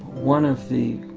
one of the